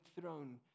throne